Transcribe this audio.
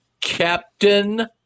Captain